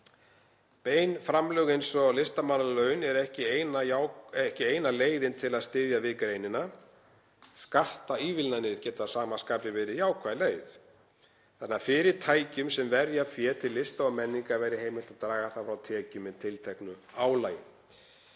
Bein framlög eins og listamannalaun eru ekki eina leiðin til að styðja við greinina. Skattaívilnanir geta að sama skapi verið jákvæð leið, t.d. ef fyrirtækjum sem verja fé til lista og menningar væri heimilt að draga það frá tekjum með tilteknu álagi.